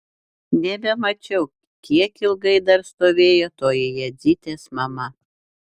nebemačiau kiek ilgai dar stovėjo toji jadzytės mama